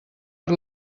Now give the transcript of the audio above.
per